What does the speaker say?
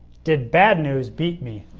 did bad news beat me